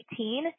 2018